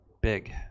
big